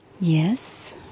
Yes